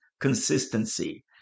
consistency